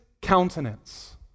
countenance